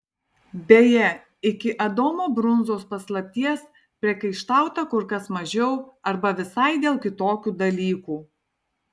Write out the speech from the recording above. beje iki adomo brunzos paslapties priekaištauta kur kas mažiau arba visai dėl kitokių dalykų